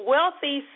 Wealthy